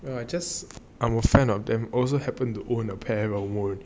well I just I'm a fan of them also happen to own a pair